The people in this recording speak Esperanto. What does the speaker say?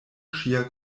ŝia